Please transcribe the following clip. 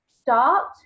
start